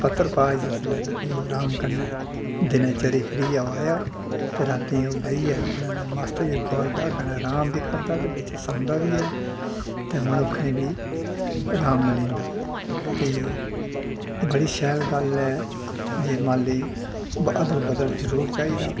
पत्तर पाए जिसलै ते भी ओह् अराम कन्नै दिनैं चरी फिरियै ओह् आया ते रातीं ओह् बेहियै ते मस्त होइयै गोआलदा कन्नै अराम बी करदा ते बिच्च सौंदा बी ऐ ते मनुक्खैं बी अराम मिली जंदा ते बड़ी शैल गल्ल ऐ जे माल्लै गी अदल बदल जरूर चाहिदा